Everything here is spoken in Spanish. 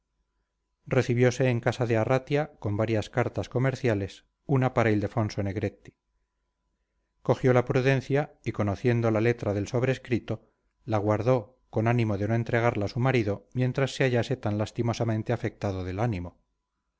araoz recibiose en casa de arratia con varias cartas comerciales una para ildefonso negretti cogiola prudencia y conociendo la letra del sobrescrito la guardó con ánimo de no entregarla a su marido mientras se hallase tan lastimosamente afectado del ánimo